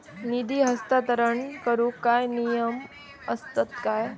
निधी हस्तांतरण करूक काय नियम असतत काय?